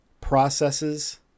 processes